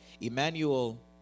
Emmanuel